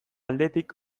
aldetik